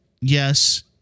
yes